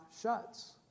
shuts